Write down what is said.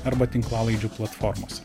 arba tinklalaidžių platformose